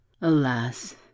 Alas